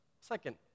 second